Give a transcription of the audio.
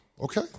okay